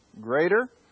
greater